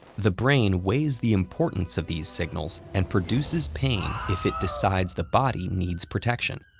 the brain weighs the importance of these signals and produces pain if it decides the body needs protection.